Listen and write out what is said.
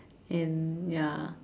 and ya